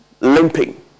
limping